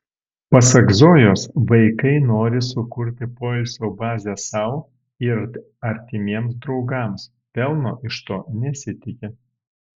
pasak zojos vaikai nori sukurti poilsio bazę sau ir artimiems draugams pelno iš to nesitiki